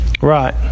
Right